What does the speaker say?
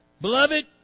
Beloved